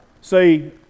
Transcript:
See